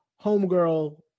Homegirl